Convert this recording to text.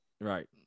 Right